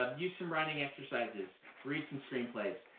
um use some writing exercises. read some screenplays.